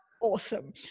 awesome